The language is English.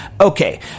Okay